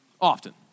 Often